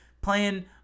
playing